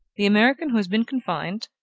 the american who has been confined,